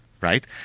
right